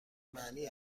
معنی